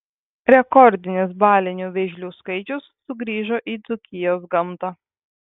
rekordinis balinių vėžlių skaičius sugrįžo į dzūkijos gamtą